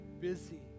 busy